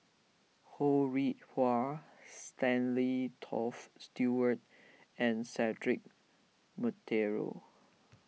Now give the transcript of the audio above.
Ho Rih Hwa Stanley Toft Stewart and Cedric Monteiro